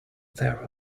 there